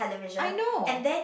I know